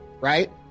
right